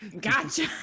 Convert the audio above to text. Gotcha